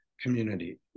community